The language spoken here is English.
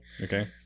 Okay